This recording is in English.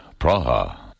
Praha